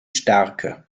starke